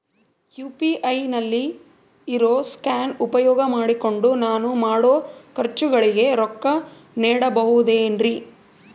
UPI ನಲ್ಲಿ ಇರೋ scan ಉಪಯೋಗ ಮಾಡಿಕೊಂಡು ನಾನು ಮಾಡೋ ಖರ್ಚುಗಳಿಗೆ ರೊಕ್ಕ ನೇಡಬಹುದೇನ್ರಿ?